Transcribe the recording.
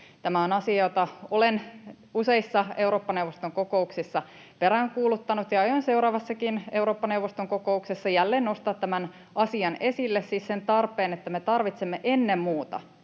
Tämä on asia, jota olen useissa Eurooppa-neuvoston kokouksissa peräänkuuluttanut, ja aion seuraavassakin Eurooppa-neuvoston kokouksessa jälleen nostaa tämän asian esille, siis sen tarpeen, että me tarvitsemme ennen muuta